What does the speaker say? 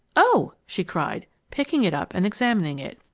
oh! she cried, picking it up and examining it.